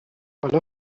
حالا